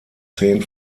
zehn